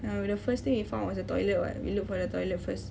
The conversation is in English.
ah the first thing we found was the toilet [what] we looked for the toilet first